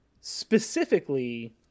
specifically